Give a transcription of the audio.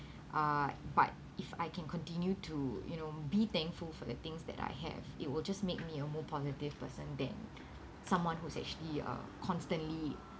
uh but if I can continue to you know be thankful for the things that I have it will just make me a more positive person than someone who's actually uh constantly